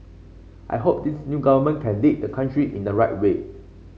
I hope this new government can lead the country in the right way